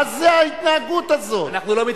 אנחנו לא נוותר.